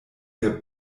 der